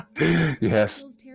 Yes